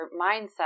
mindset